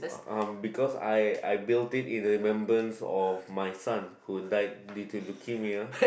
um because I I built it in remembrance of my son who died due to leukemia